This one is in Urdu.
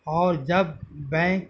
اور جب بینک